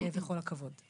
וכל הכבוד.